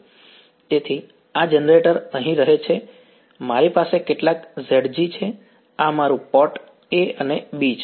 તેથી આ જનરેટર અહીં રહે છે મારી પાસે કેટલાક Zg છે આ મારું પોર્ટ a અને b છે